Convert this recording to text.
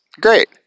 Great